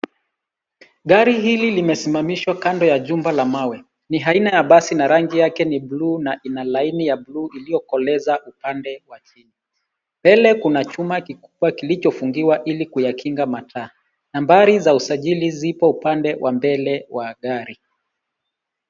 Gari hili limesimamishwa kando ya jumba la mawe, ni aina la basi ni ya rangi yake ni buluu na ina laini ya buluu iliyokoleza upande wa chuma. Mbele kuna chuma kikubwa kilichofungiwa ili kuyakinga mataa. Nambari za usajili zipo upande wa mbele wa gari,